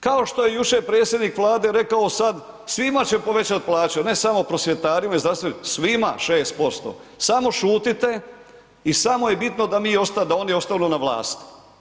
Kao što je jučer predsjednik Vlade rekao sad svima će povećati plaće a ne samo prosvjetarima i zdravstvenim, svima 6%, samo šutite i samo je bitno da oni ostanu na vlasti.